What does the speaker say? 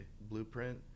blueprint